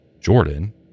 Jordan